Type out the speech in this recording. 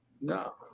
no